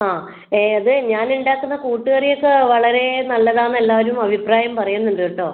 ആ ഏത് ഞാൻ ഉണ്ടാക്കുന്ന കൂട്ടുകറി ഒക്കെ വളരെ നല്ലതാണെന്ന് എല്ലാവരും അഭിപ്രായം പറയുന്നുണ്ട് കേട്ടോ